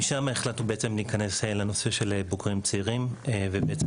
משם החלטנו להיכנס לנושא של בוגרים צעירים ובעצם